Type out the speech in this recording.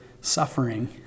suffering